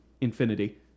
infinity